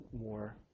more